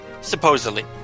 supposedly